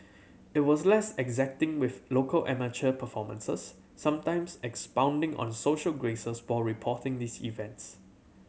it was less exacting with local amateur performances sometimes expounding on social graces while reporting these events